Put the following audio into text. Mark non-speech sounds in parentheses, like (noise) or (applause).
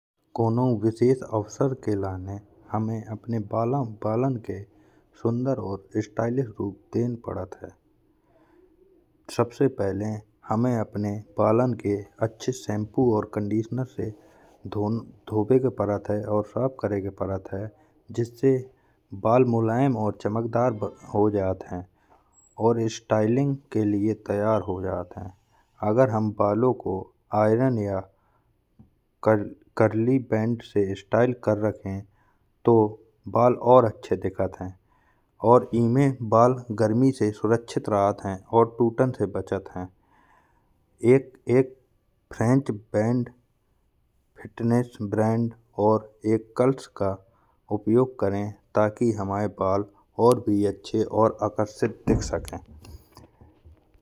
कोनऊ विशेष अवसर के लाने हामे अपने बालन के लाने सुंदर और स्टाइलिश रूप देन पड़त हैं। सबसे पहिले हामे अपने बालन के अच्छी शैम्पू और कंडीशनर से धोबे को परत है और साफ़ करन को परत है। जिससे बाल मुलायम और चमकदार हो जात हैं और स्टाइलिंग के लाने तैयार हो जात हैं। अगर हम बालो को आयरन या कर्ली बैंड से स्टाइल करत हैं, तो बाल और अच्छे लागत हैं। और इमे बाल गर्मी से सुरक्षित रहत हैं और टूटन से बचत हैं। (hesitation) एक फ्रेंच बैंड और कर्ल्स का उपयोग करें ताकि हमाए बाल और भी अच्छे और आकर्षित दिख सके।